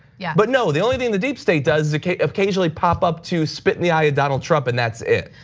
yeah. but no, the only thing the deep state does is occasionally pop up to spit in the eye of donald trump and that's it.